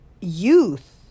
Youth